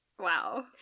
Wow